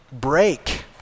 Break